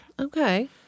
Okay